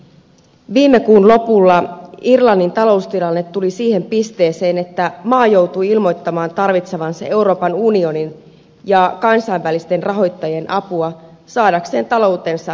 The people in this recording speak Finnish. viime kuun lopulla irlannin taloustilanne tuli siihen pisteeseen että maa joutui ilmoittamaan tarvitsevansa euroopan unionin ja kansainvälisten rahoittajien apua saadakseen taloutensa jaloilleen